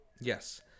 Yes